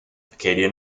acadian